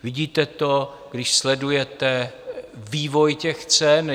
Vidíte to, když sledujete vývoj těch cen.